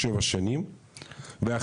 או שבע שנים והחברה,